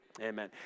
Amen